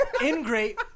ingrate